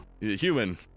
Human